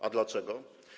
A dlaczego?